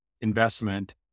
investment